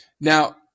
Now –